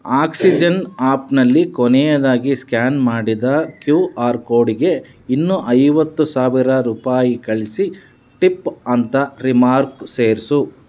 oxygen ಆ್ಯಪ್ನಲ್ಲಿ ಕೊನೆಯದಾಗಿ scan ಮಾಡಿದ ಕ್ಯೂ ಆರ್ ಕೋಡಿಗೆ ಇನ್ನೂ ಐವತ್ತು ಸಾವಿರ ರೂಪಾಯಿ ಕಳಿಸಿ ಟಿಪ್ ಅಂತ ರಿಮಾರ್ಕ್ ಸೇರಿಸು